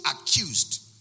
accused